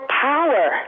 power